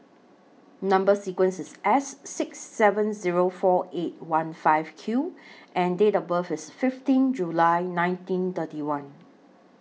Number sequence IS S six seven Zero four eight one five Q and Date of birth IS fifteen July nineteen thirty one